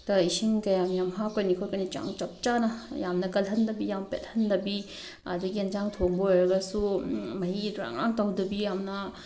ꯇ ꯏꯁꯤꯡ ꯀꯌꯥꯝ ꯌꯥꯝ ꯍꯥꯞꯀꯅꯤ ꯈꯣꯠꯀꯅꯤ ꯆꯥꯡ ꯆꯞ ꯆꯥꯅ ꯌꯥꯝꯅ ꯀꯜꯍꯟꯗꯕꯤ ꯌꯥꯝ ꯄꯦꯠꯍꯟꯗꯕꯤ ꯑꯗꯒꯤ ꯌꯦꯟꯁꯥꯡ ꯊꯣꯡꯕ ꯑꯣꯏꯔꯒꯁꯨ ꯃꯍꯤ ꯗ꯭ꯔꯥꯡ ꯗ꯭ꯔꯥꯡ ꯇꯧꯗꯕꯤ ꯌꯥꯝꯅ